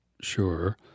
sure